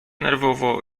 nerwowo